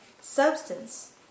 substance